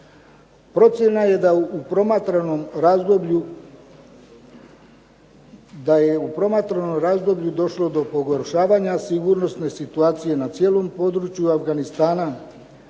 Procjena je da u promatranom razdoblju došlo do pogoršavanja sigurnosne situacije na cijelom području Afganistana.